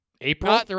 April